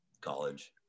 college